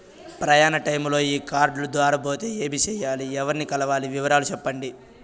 ప్రయాణ టైములో ఈ కార్డులు దారబోతే ఏమి సెయ్యాలి? ఎవర్ని కలవాలి? వివరాలు సెప్పండి?